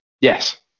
yes